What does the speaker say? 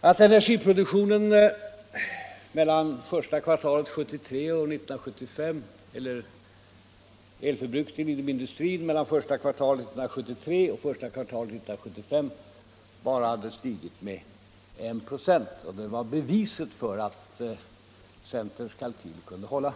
att elförbrukningen inom industrin mellan första kvartalet 1973 och första kvartalet 1975 bara hade stigit med 1 96. Det var beviset för att centerns kalkyler kunde hålla.